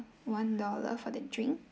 one dollar for the drink